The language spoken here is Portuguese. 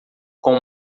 com